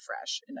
fresh